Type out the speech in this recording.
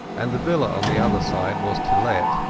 and the villa on the other side was to let,